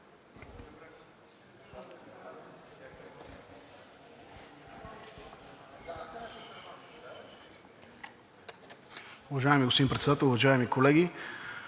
Уважаеми господин Председател, уважаеми колеги!